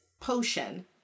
potion